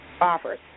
offers